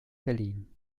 berlin